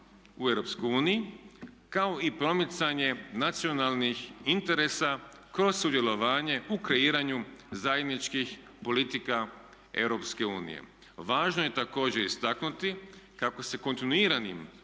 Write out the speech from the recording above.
uniji kao i promicanje nacionalnih interesa kroz sudjelovanje u kreiranju zajedničkih politika Europske unije. Važno je također istaknuti kako se kontinuiranjem